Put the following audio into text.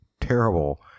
terrible